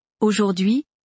Aujourd'hui